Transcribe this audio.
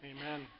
Amen